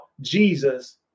Jesus